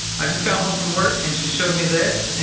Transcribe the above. i just got home from work, and she showed me this,